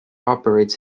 operates